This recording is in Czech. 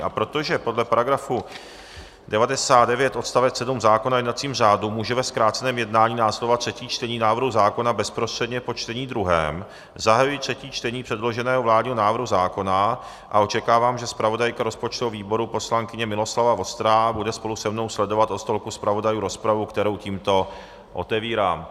A protože podle § 99 odst. 7 zákona o jednacím řádu může ve zkráceném jednání následovat třetí čtení návrhu zákona bezprostředně po čtení druhém, zahajuji třetí čtení předloženého vládního návrhu zákona a očekávám, že zpravodajka rozpočtového výboru poslankyně Miloslava Vostrá bude spolu se mnou sledovat od stolku zpravodajů rozpravu, kterou tímto otevírám.